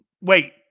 Wait